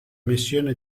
missione